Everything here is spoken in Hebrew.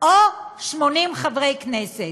או 80 חברי כנסת.